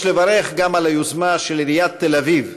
יש לברך גם על היוזמה של עיריית תל-אביב,